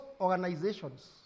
organizations